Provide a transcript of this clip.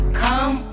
come